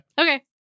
Okay